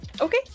Okay